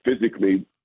Physically